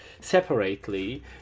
separately